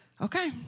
Okay